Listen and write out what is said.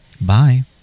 Bye